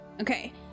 Okay